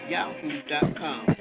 Yahoo.com